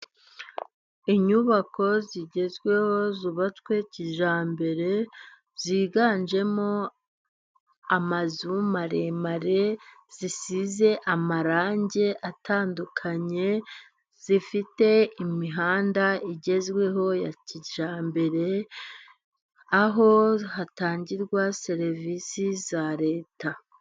Inyubako zigezweho zubatswe kijyambere ziganjemo amazu maremare, nzisize amarange atandukanye, zifite imihanda igezweho ya kijyambere aho hatangirwa serivisi za Leta.